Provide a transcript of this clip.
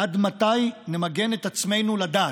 עד מתי נמגן את עצמנו לדעת?